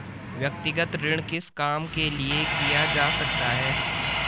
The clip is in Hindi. व्यक्तिगत ऋण किस काम के लिए किया जा सकता है?